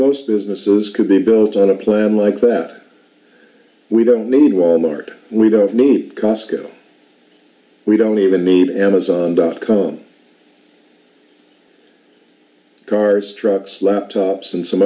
most businesses could be both on a plan like that we don't need wal mart we don't need costco we don't even need amazon dot com cars trucks laptops and some